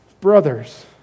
brothers